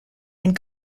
and